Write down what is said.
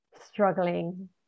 struggling